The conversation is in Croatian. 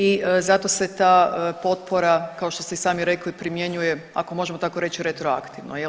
I zato se ta potpora, kao što ste i sami rekli, primjenjuje, ako možemo tako reći, retroaktivno, je li?